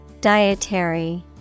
Dietary